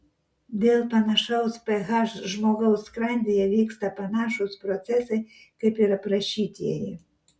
dėl panašaus ph žmogaus skrandyje vyksta panašūs procesai kaip ir aprašytieji